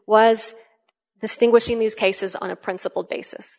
was distinguishing these cases on a principle basis